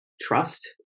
trust